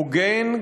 הוגן,